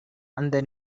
அந்த